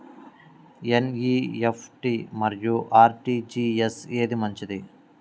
NEFT మరియు RTGS ఏది మంచిది?